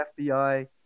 FBI